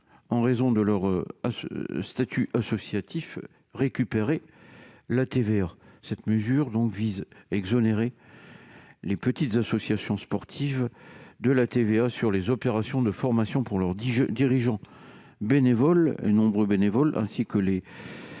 en raison de leur statut associatif, récupérer la TVA. Cet amendement vise donc à exonérer les petites associations sportives de la TVA sur les opérations de formation pour leurs dirigeants bénévoles et leurs salariés ; le